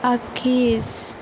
आगसि